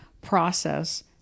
process